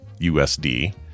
USD